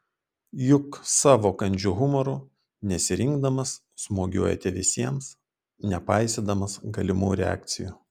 juk savo kandžiu humoru nesirinkdamas smūgiuojate visiems nepaisydamas galimų reakcijų